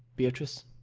beatrice.